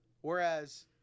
Whereas